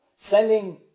Sending